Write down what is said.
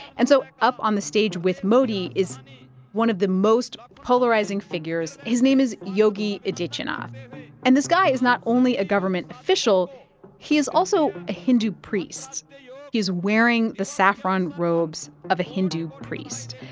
and so up on the stage with modi is one of the most polarizing figures. his name is yogi adityanath and this guy is not only a government official he is also a hindu priest. he is wearing the saffron robes of a hindu priest.